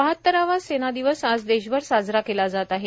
बहात्तरावा सेना दिवस आज देशभर साजरा केला जात आहे